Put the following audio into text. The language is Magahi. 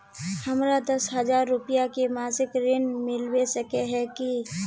हमरा दस हजार रुपया के मासिक ऋण मिलबे सके है की?